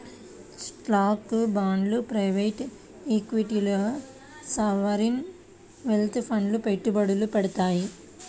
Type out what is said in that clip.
స్టాక్లు, బాండ్లు ప్రైవేట్ ఈక్విటీల్లో సావరీన్ వెల్త్ ఫండ్లు పెట్టుబడులు పెడతాయి